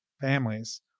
families